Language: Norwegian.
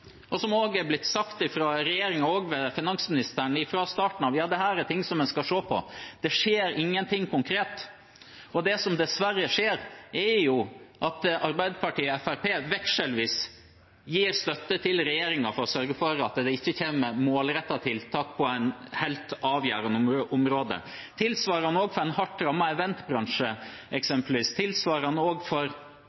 og som det også er blitt sagt av regjeringen og finansministeren fra starten av er ting en skal se på. Det skjer ingenting konkret. Det som dessverre skjer, er jo at Arbeiderpartiet og Fremskrittspartiet vekselsvis gir støtte til regjeringen for å sørge for at det ikke kommer målrettede tiltak på dette helt avgjørende området. Tilsvarende gjelder eksempelvis for en hardt